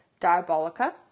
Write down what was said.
diabolica